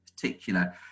particular